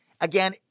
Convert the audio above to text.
Again